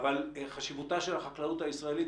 של החקלאות הישראלית.